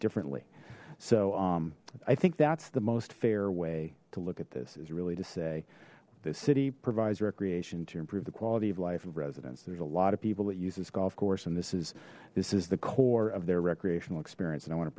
differently so i think that's the most fair way to look at this is really to say the city provides recreation to improve the quality of life of residents there's a lot of people that use this golf course and this is this is the core of their recreational experience and i want to